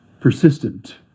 persistent